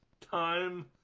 time